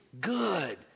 good